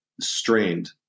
strained